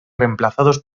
reemplazados